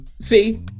See